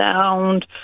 sound